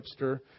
hipster